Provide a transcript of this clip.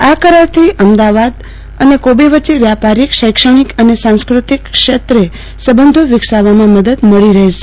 આ કરાર થી અમદાવાદ અને કોબે શહેર વચ્ચે વ્યપારિકશૈક્ષણિક અને સાંસ્કૃકિ ક્ષેત્રે સંબંધો વિકસાવવમાં મદદ મળી રહે છે